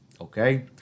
Okay